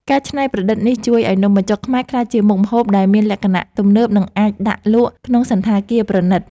ការច្នៃប្រឌិតនេះជួយឱ្យនំបញ្ចុកខ្មែរក្លាយជាមុខម្ហូបដែលមានលក្ខណៈទំនើបនិងអាចដាក់លក់ក្នុងសណ្ឋាគារប្រណីត។